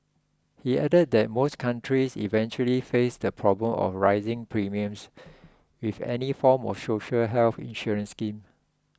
he added that most countries eventually face the problem of rising premiums with any form of social health insurance scheme